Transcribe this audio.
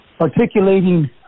articulating